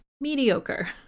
mediocre